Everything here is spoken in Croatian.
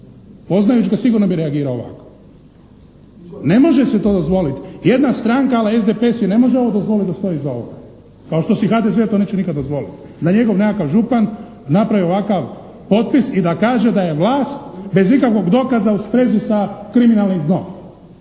Poznajuć' ga sigurno bi reagirao ovako. Ne može se to dozvoliti. Jedna stranka ala SDP si ne može ovo dozvoliti da stoji iza ovoga. Kao što si HDZ to neće nikad dozvoliti. Da njegov nekakav župan napravi ovakav potpis i da kaže da je vlast bez ikakvog dokaza u sprezi sa kriminalnim dnom.